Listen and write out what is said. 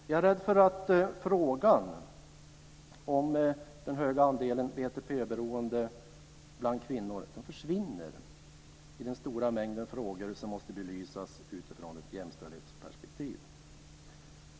Jag är rädd för att frågan om den höga andel BTP-beroende bland kvinnor försvinner i den stora mängden frågor som måste belysas utifrån ett jämställdhetsperspektiv.